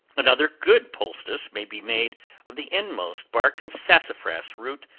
another good poultice may be made of the inmost bark of sassafras root,